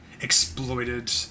exploited